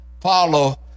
follow